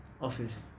office